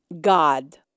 God